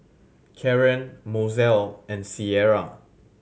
Karon Mozell and Sierra